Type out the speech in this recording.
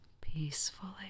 Peacefully